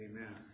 Amen